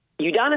Udonis